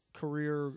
career